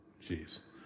Jeez